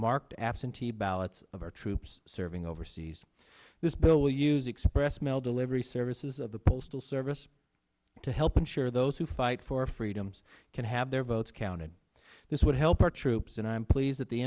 marked absentee ballots of our troops serving overseas this bill will use express mail delivery services of the postal service to help ensure those who fight for our freedoms can have their votes counted this would help our troops and i'm pleased that the